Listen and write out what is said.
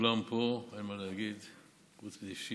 כולם פה, אין מה להגיד, חוץ משיר.